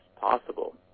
possible